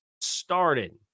started